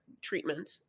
treatment